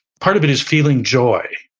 part of it is feeling joy,